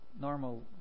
normal